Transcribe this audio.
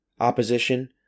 opposition